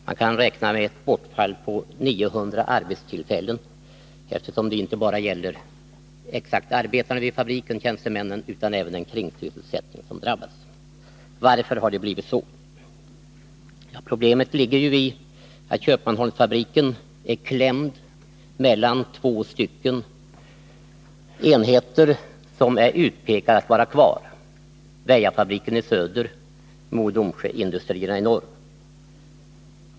Man kan räkna med ett bortfall på 900 arbetstillfällen, eftersom nedläggningen inte bara berör arbetarna och tjänstemännen vid fabriken utan även kringsysselsättningen drabbas. Varför har det då blivit så här? Problemet ligger i att Köpmanholmsfabriken är klämd mellan två enheter som är utpekade att vara kvar, Väjafabriken i söder och Mo och Domsjö-industrierna i norr.